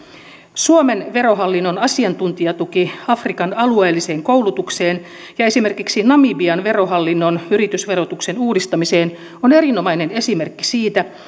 suomen verohallinnon asiantuntijatuki afrikan alueelliseen koulutukseen ja esimerkiksi namibian verohallinnon yritysverotuksen uudistamiseen on erinomainen esimerkki siitä